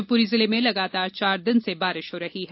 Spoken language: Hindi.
शिवप्री जिले में लगातार चार दिन से बारिश हो रही है